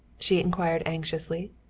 she inquired anxiously.